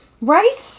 Right